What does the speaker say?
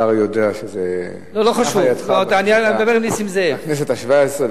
אתה הרי יודע שזה הונח על-ידך בכנסת השבע-עשרה,